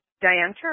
Diane